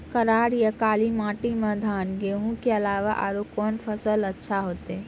करार या काली माटी म धान, गेहूँ के अलावा औरो कोन फसल अचछा होतै?